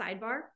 sidebar